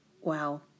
Wow